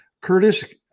curtis